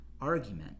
argument